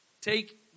Take